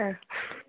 ആ